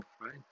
right